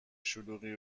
شلوغی